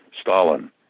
Stalin